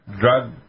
drug